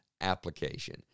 application